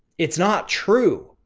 it's not true.